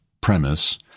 premise